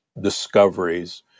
discoveries